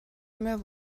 mehr